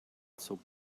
zog